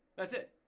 that's it.